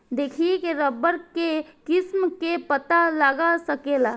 देखिए के रबड़ के किस्म के पता लगा सकेला